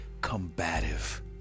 combative